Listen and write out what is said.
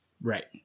Right